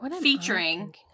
Featuring